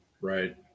right